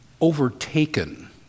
Overtaken